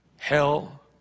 Hell